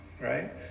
right